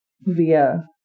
via